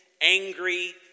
angry